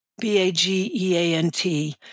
B-A-G-E-A-N-T